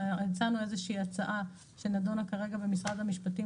הצענו הצעה שנדונה כרגע במשרד המשפטים